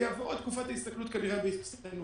הוא יעבור את תקופת ההסתכלות כנראה בהצטיינות,